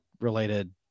related